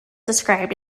described